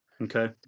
okay